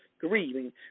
grieving